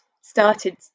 started